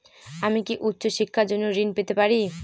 আমি কি উচ্চ শিক্ষার জন্য ঋণ পেতে পারি?